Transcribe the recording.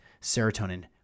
serotonin